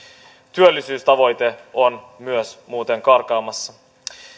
työllisyystavoite on myös muuten karkaamassa